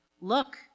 look